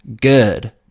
good